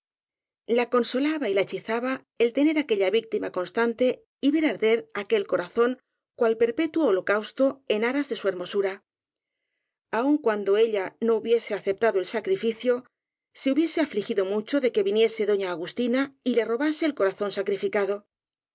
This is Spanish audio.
la consolaba y la hechizaba el tener aquella víctima constante y ver arder aquel corazón cual perpetuo holocausto en aras de su hermosura aun cuando ella no hubiese aceptado el sacrificio se hubiese afligido mucho de que viniese doña agustina y le robase el corazón sacrificado